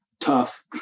tough